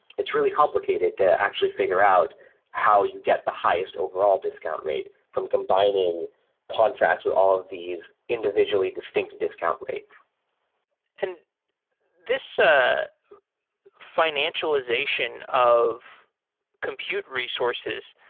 it's really complicated to actually figure out how you get the highest overall discount rate from combining contracts with all of these individually distinct discount rates and this ah financialization of compute resources,